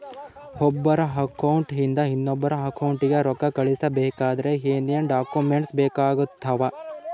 ಒಬ್ಬರ ಅಕೌಂಟ್ ಇಂದ ಇನ್ನೊಬ್ಬರ ಅಕೌಂಟಿಗೆ ರೊಕ್ಕ ಕಳಿಸಬೇಕಾದ್ರೆ ಏನೇನ್ ಡಾಕ್ಯೂಮೆಂಟ್ಸ್ ಬೇಕಾಗುತ್ತಾವ?